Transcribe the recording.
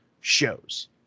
shows